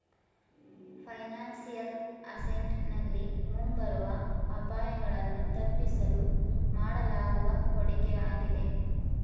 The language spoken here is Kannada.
ಫೈನಾನ್ಸಿಯಲ್ ಅಸೆಂಟ್ ನಲ್ಲಿ ಮುಂಬರುವ ಅಪಾಯಗಳನ್ನು ತಪ್ಪಿಸಲು ಮಾಡಲಾಗುವ ಹೂಡಿಕೆಯಾಗಿದೆ